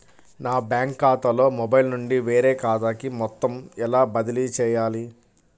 నా బ్యాంక్ ఖాతాలో మొబైల్ నుండి వేరే ఖాతాకి మొత్తం ఎలా బదిలీ చేయాలి?